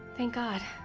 thank god!